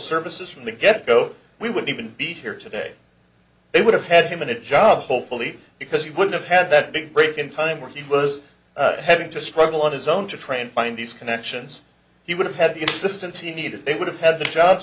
services from the get go we wouldn't even be here today they would have had him in a job hopefully because he would have had that big break in time where he was having to struggle on his own to try and find these connections he would have had the assistance he needed they would have had the job